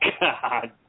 God